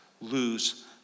lose